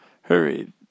Hurry